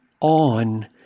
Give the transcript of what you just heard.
on